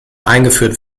eingeführt